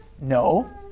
no